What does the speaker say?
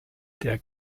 der